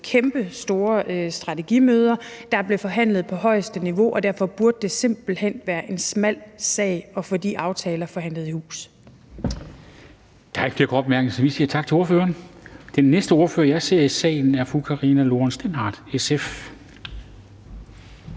kæmpestore strategimøder, der blev forhandlet på højeste niveau, og derfor burde det simpelt hen være en smal sag at få de aftaler forhandlet i hus.